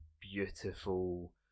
beautiful